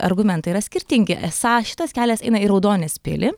argumentai yra skirtingi esą šitas kelias eina į raudonės pilį